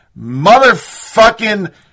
motherfucking